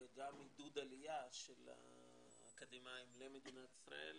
וגם עידוד עלייה של אקדמאים למדינת ישראל,